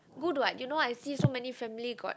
good what you know I see so many family got